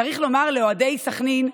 "צריך לומר לאוהדי סח'נין,